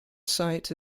site